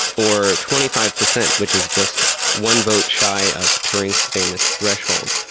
or twenty five percent which is just one vote shy of turing's famous threshold.